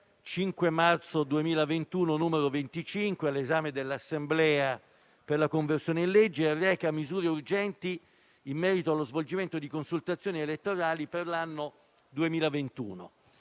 5 marzo 2021, n. 25, all'esame dell'Assemblea per la conversione in legge, reca misure urgenti in merito allo svolgimento di consultazioni elettorali per l'anno 2021.